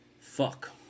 Fuck